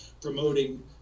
promoting